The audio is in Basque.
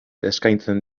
eskaintzen